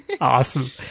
Awesome